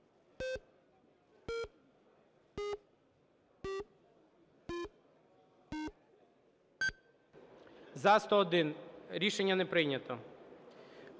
За-104 Рішення не прийнято.